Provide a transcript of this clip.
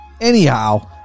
anyhow